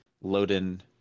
load-in